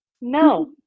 No